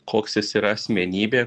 koks jis yra asmenybė